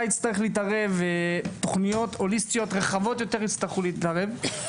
יצטרך להתערב בהם ותוכניות הוליסטיות רחבות יותר יצטרכו להתערב.